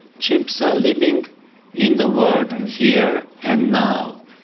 chimps are living in the world here and now,